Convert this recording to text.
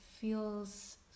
feels